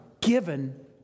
given